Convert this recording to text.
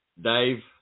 Dave